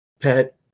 pet